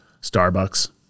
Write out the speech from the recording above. Starbucks